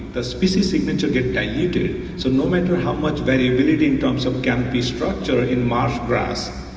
the species signature gets diluted, so no matter how much variability in terms of canopy structure in marsh grass,